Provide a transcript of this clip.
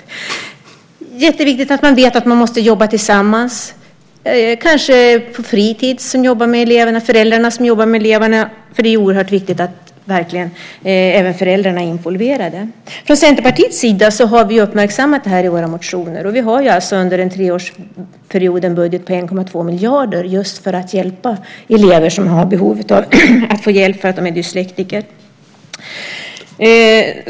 Det är jätteviktigt att veta att man måste jobba tillsammans, kanske att man jobbar med eleverna på fritis och att föräldrarna jobbar med eleverna. Det är oerhört viktigt att även föräldrarna är involverade. Från Centerpartiets sida har vi uppmärksammat detta i våra motioner. Vi har under en treårsperiod en budget på 1,2 miljarder just för att hjälpa elever som har behov av hjälp på grund av att de är dyslektiker.